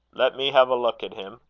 let me have a look at him,